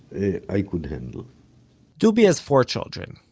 i could handle dubi has four children.